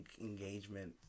engagement